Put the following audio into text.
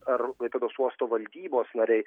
ar klaipėdos uosto valdybos nariai